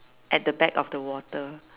at the back of the water